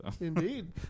Indeed